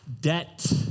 debt